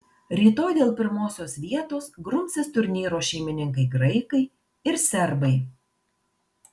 rytoj dėl pirmosios vietos grumsis turnyro šeimininkai graikai ir serbai